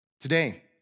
Today